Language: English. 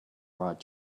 write